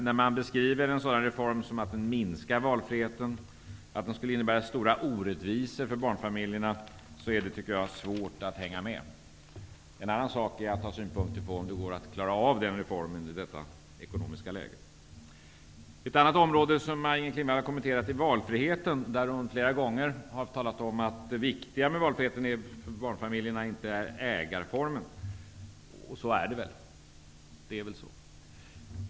När man beskriver en sådan reform som att den minskar valfriheten, att den skulle innebära stora orättvisor för barnfamiljerna är det svårt att hänga med. En annan sak är att ha synpunkter på om det går att klara av den reformen i detta ekonomiska läge. Ett annat område som Maj-Inger Klingvall kommenterade är valfriheten, där hon flera gånger talat om att det viktiga med valfriheten för barnfamiljerna inte är ägarformen. Så är det väl.